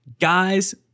guys